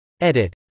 Edit